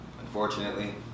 unfortunately